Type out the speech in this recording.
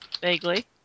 Vaguely